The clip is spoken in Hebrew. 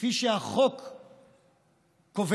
כפי שהחוק קובע,